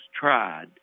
tried